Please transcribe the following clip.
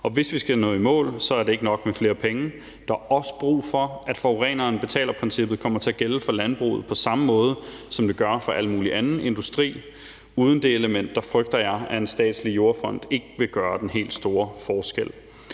Og hvis vi skal nå i mål, er det ikke nok med flere penge; der er også brug for, at forureneren betaler-princippet kommer til at gælde for landbruget på samme måde, som det gør for al mulig anden industri. Uden det element frygter jeg at en statslig jordfond ikke vil gøre den helt store forskel.